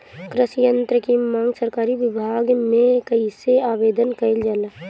कृषि यत्र की मांग सरकरी विभाग में कइसे आवेदन कइल जाला?